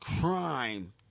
crime